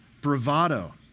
bravado